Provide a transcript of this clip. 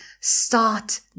Start